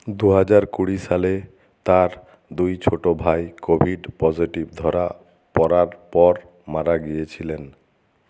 দু হাজার কুড়ি সালে তার দুই ছোটো ভাই কোভিড পজিটিভ ধরা পড়ার পর মারা গিয়েছিলেন